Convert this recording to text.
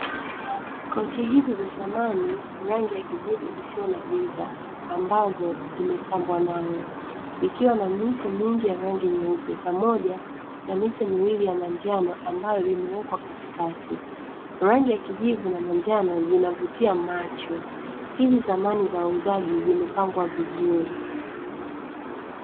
Kochi hizi za samani, rangi ya kijivu isiyo na giza ambazo zimepambwa nayo; ikiwa na mito mingi ya rangi nyeupe pamoja na mito miwili ya manjano ambayo imewekwa katikati. Rangi ya kijivu na manjano zinavutia macho. Hizi samani za wauzaji zimepangwa vizuri.